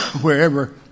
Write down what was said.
wherever